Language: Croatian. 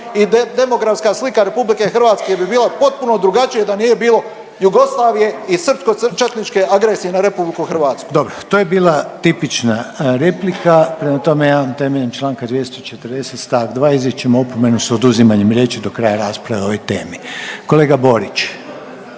i demografska slika RH bi bila potpuno drugačija da nije bilo Jugoslavije i srpsko-četničke agresije na RH. **Reiner, Željko (HDZ)** Dobro. To je bila tipična replika. Prema tome, ja vam temeljem članka 240., stavak 2. izričem opomenu sa oduzimanjem riječi do kraja rasprave o ovoj temi. Kolega Borić